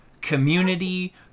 community